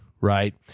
right